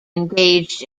engaged